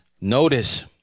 Notice